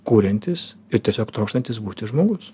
kuriantis ir tiesiog trokštantis būti žmogus